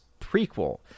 prequel